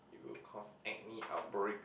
it will cause acne outbreaks